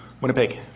Winnipeg